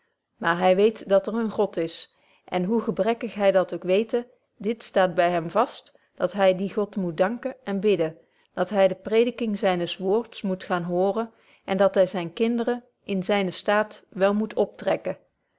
maar hy weet dat er een god is en hoe gebrekkig hy dat ook wete dit staat by hem vast dat hy dien god moet danken en bidden dat hy de prediking zynes woords moet gaan hooren en dat hy zyne kinderen in zynen staat wel moet optrekken